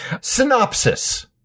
Synopsis